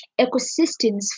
ecosystems